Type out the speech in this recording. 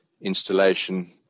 installation